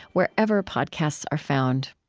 wherever podcasts are found